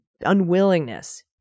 unwillingness